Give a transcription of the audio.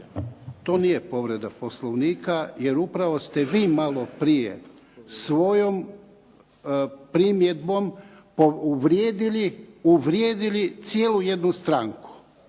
To nije povreda Poslovnika jer upravo ste vi maloprije svojom primjedbom uvrijedili cijelu jednu stranku.